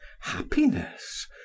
happiness